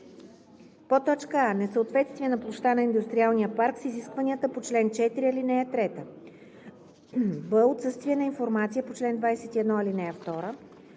като: а) несъответствие на площта на индустриалния парк с изискванията по чл. 4, ал. 3; б) отсъствие на информация по чл. 21, ал. 2;